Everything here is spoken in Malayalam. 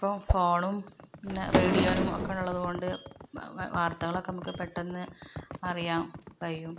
ഇപ്പോൾ ഫോണും പിന്നെ റേഡിയോയും ഒക്കെ ഉള്ളത് കൊണ്ട് വാർത്തകളൊക്കെ നമ്മൾക്ക് പെട്ടെന്ന് അറിയാൻ കഴിയും